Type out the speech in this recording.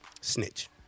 Snitch